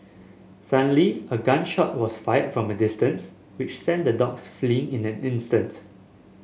suddenly a gun shot was fired from a distance which sent the dogs fleeing in an instant